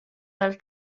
dal